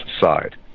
side